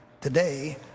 Today